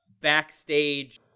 backstage